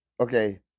Okay